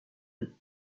deux